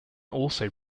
also